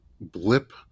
blip